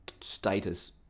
status